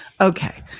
okay